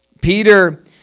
Peter